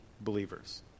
believers